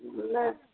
नहीं